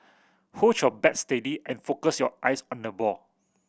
hold your bat steady and focus your eyes on the ball